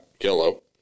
yellow